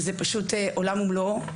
זה פשוט עולם ומלואו.